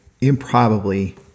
improbably